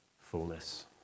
fullness